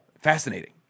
fascinating